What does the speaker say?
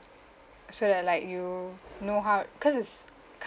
so that like you know how cause it's